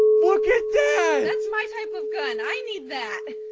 look at. that's my type of gun. i need that